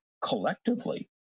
collectively